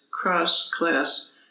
cross-class